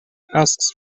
asks